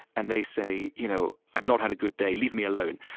and they say, you know i've not had a good day. leave me alone,